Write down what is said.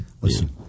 Listen